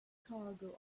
cargo